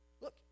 look